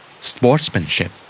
Sportsmanship